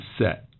set